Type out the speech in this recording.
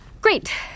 Great